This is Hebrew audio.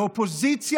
אופן.